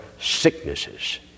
sicknesses